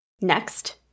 Next